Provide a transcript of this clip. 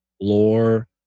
lore